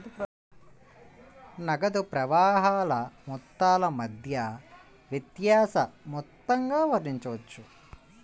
నగదు ప్రవాహాల మొత్తాల మధ్య వ్యత్యాస మొత్తంగా వర్ణించవచ్చు